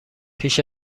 بیش